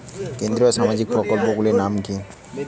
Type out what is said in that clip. কেন্দ্রীয় সামাজিক প্রকল্পগুলি নাম কি কি?